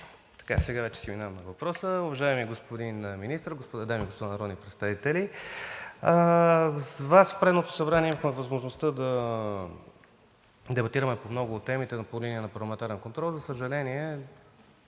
Сега вече минавам на въпроса. Уважаеми господин Министър, дами и господа народни представители! В предното Народно събрание с Вас имахме възможност да дебатираме по много от темите по линия на парламентарния контрол. За съжаление,